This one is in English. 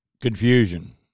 confusion